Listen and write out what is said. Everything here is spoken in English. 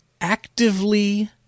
actively